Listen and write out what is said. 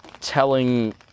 Telling